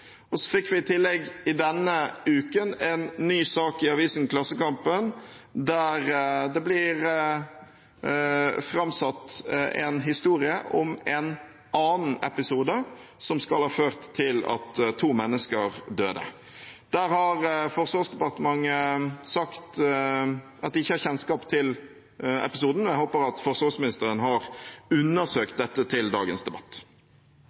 kontroll. Så fikk vi i tillegg denne uken en ny sak i avisen Klassekampen, der det blir framsatt en historie om en annen episode som skal ha ført til at to mennesker døde. Forsvarsdepartementet har sagt at de ikke har kjennskap til episoden. Jeg håper at forsvarsministeren har undersøkt dette til dagens debatt.